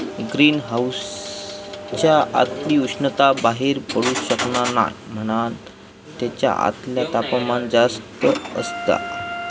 green हाउसच्या आतली उष्णता बाहेर पडू शकना नाय म्हणान तेच्या आतला तापमान जास्त असता